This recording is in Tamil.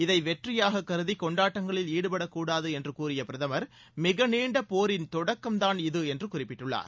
இதை வெற்றியாக கருதி கொண்டாடங்களில் ஈடுபடக் கூடாது என்று கூறிய பிரதமர் மிக நீண்ட போரின் தொடக்கம் தான் இது என்று குறிப்பிட்டுள்ளார்